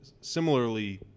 similarly